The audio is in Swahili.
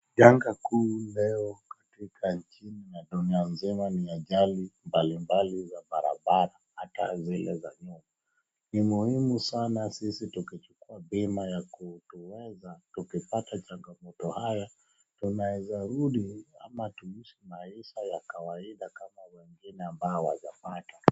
Janga kuu leo katika nchini na dunia nzima ni ajali mbalimbali za barabara hata zile za nyumba. Ni muhimu sana sisi tukichukua bima ya kutuwezesha tukipata changamoto haya tunaeza rudi ama tuishi maisha ya kawaida kama wengine ambao hawajapata.